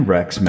Rex